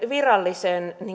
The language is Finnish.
virallisen